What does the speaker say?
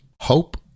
Hope